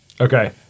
Okay